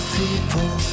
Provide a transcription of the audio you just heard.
people